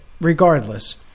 regardless